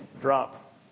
drop